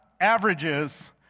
averages